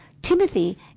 Timothy